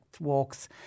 walks